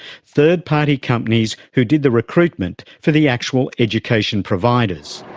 third-party companies who did the recruitment for the actual education providers.